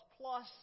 Plus